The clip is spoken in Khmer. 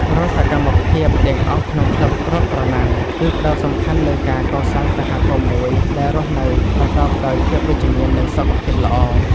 រាល់សកម្មភាពទាំងអស់ក្នុងក្លឹបរត់ប្រណាំង គឺផ្ដោតសំខាន់លើការកសាងសហគមន៍មួយដែលរស់នៅប្រកបដោយភាពវិជ្ជមាន និងសុខភាពល្អ។